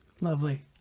Lovely